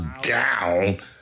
down